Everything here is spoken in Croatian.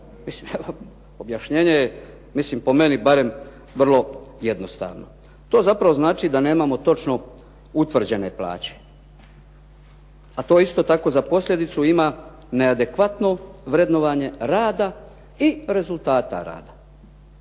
objašnjenje je mislim po meni barem vrlo jednostavno. To zapravo znači da nemamo točno utvrđene plaće, a to isto tako za posljedicu ima neadekvatno vrednovanje rada i rezultata rada.